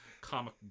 Comic